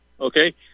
okay